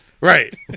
Right